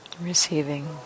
Receiving